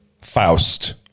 Faust